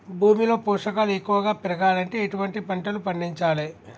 భూమిలో పోషకాలు ఎక్కువగా పెరగాలంటే ఎటువంటి పంటలు పండించాలే?